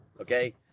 okay